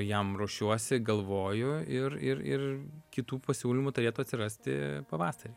jam ruošiuosi galvoju ir ir ir kitų pasiūlymų turėtų atsirasti pavasarį